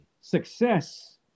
Success